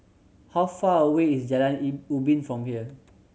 how far away is Jalan Ubin from here